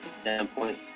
standpoint